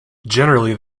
generally